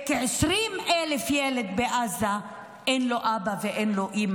לכ-20,000 ילדים בעזה אין אבא ואין אימא,